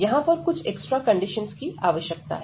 यहां पर कुछ एक्स्ट्रा कंडीशनस की आवश्यकता है